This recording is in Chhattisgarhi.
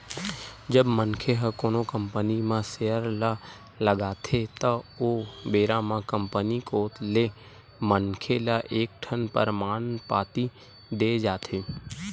जब मनखे ह कोनो कंपनी के म सेयर ल लगाथे त ओ बेरा म कंपनी कोत ले मनखे ल एक ठन परमान पाती देय जाथे